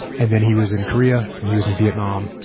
and then he was in korea, and he was in vietnam,